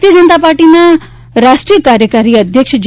ભારતીય જનતા પાર્ટીના રાષ્ટ્રીય કાર્યકારી અધ્યક્ષ જે